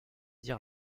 dire